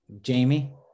Jamie